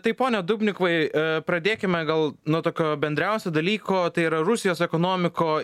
taip pone dubnikvai pradėkime gal nuo tokio bendriausio dalyko tai yra rusijos ekonomiko